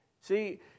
See